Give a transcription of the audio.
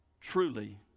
truly